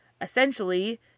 essentially